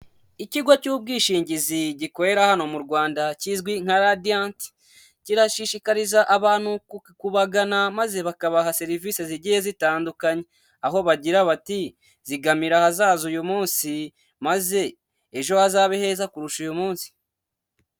Ikigo cy'ubwishingizi gikorera hano mu Rwanda kizwi nka radiyanti, kirashishikariza abantu kubagana maze bakabaha serivise zigiye zitandukanye aho, bagira bati zigamira ahazaza uyu munsi maze ejo hazababe heza kurusha uyu munsi.